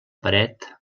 paret